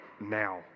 now